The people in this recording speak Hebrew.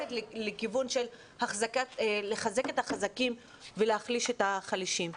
הולכת לכיוון של חיזוק החזקים והחלשת החלשים.